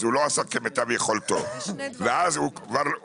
אז הוא לא עשה כמיטב יכולתו ואז הוא נשאר.